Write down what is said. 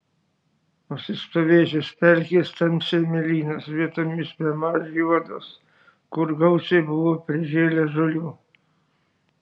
užsistovėjusios pelkės tamsiai mėlynos vietomis bemaž juodos kur gausiai buvo prižėlę žolių